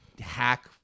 hack